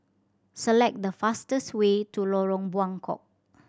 select the fastest way to Lorong Buangkok